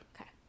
Okay